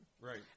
Right